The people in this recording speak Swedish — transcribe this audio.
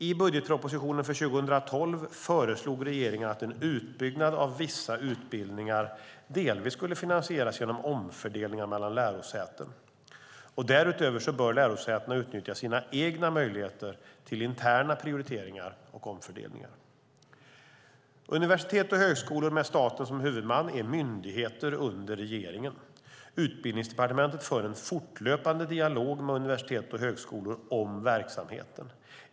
I budgetpropositionen för 2012 föreslog regeringen att en utbyggnad av vissa utbildningar delvis skulle finansieras genom omfördelning mellan lärosäten. Därutöver bör lärosätena utnyttja sina egna möjligheter till interna prioriteringar och omfördelningar. Universitet och högskolor med staten som huvudman är myndigheter under regeringen. Utbildningsdepartementet för en fortlöpande dialog med universitet och högskolor om verksamheten.